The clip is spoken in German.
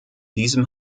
diesem